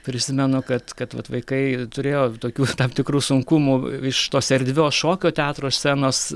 prisimenu kad kad vat vaikai turėjo tokių tam tikrų sunkumų iš tos erdvios šokio teatro scenos